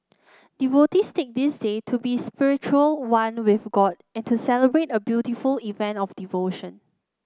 devotees take this day to be spiritually one with god and to celebrate a beautiful event of devotion